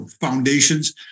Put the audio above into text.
foundations